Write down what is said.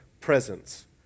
presence